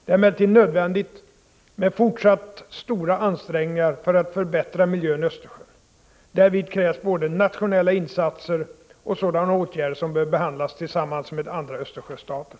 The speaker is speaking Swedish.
Det är emellertid nödvändigt med fortsatt stora ansträngningar för att förbättra miljön i Östersjön. Därvid krävs både nationella insatser och sådana åtgärder som behöver behandlas tillsammans med andra Östersjöstater.